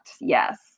yes